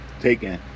taking